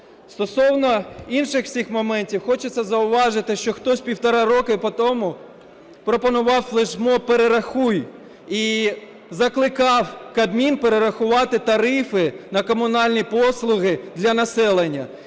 Стосовно інших всіх моментів, хочеться зауважити, що хтось півтора року потому пропонував флешмоб "перерахуй" і закликав Кабмін перерахувати тарифи на комунальні послуги для населення.